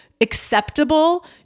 acceptable